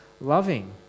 loving